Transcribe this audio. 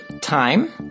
time